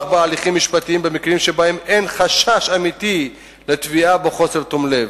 בהליכים משפטיים במקרים שבהם אין חשש אמיתי לתביעה בחוסר תום לב